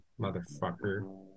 motherfucker